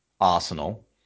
Arsenal